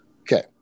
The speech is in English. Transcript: Okay